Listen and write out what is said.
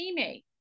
teammate